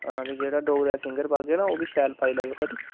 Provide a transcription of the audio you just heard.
हां ते जेह्ड़ा डोगरा सिंगर पाह्गे ना ओह् बी शैल पाई लैएओ खरी